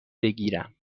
بگیرم